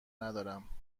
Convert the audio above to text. ندارم